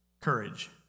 courage